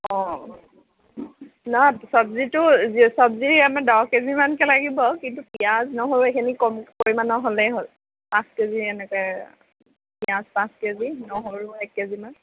অঁ নাই চবজিটো চবজি এনে দহ কেজি মানকৈ লাগিব কিন্তু পিঁয়াজ নহৰু এইখিনি কম পৰিমাণৰ হ'লেই হ'ল পাঁচ কেজি এনেকৈ পিঁয়াজ পাঁচ কেজি নহৰু এক কেজিমান